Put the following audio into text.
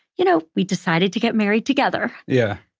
you know, we decided to get married together. yeah.